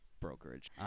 brokerage